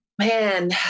man